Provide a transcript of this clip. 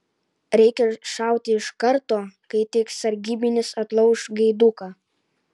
reikia šauti iš karto kai tik sargybinis atlauš gaiduką